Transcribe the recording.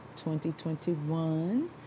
2021